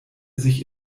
sich